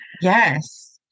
Yes